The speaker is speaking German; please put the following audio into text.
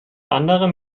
anderem